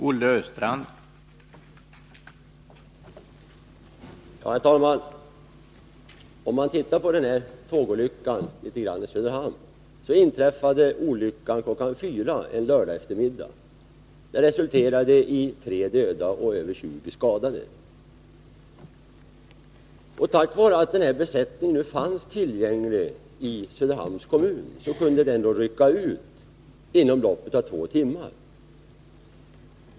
Herr talman! Tågolyckan i Söderhamn inträffade kl. 4 en lördageftermiddag. Den resulterade i 3 döda och över 20 skadade. Tack vare att besättningen fanns tillgänglig i Söderhamns kommun kunde den rycka ut inom loppet av två timmar.